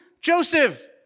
Joseph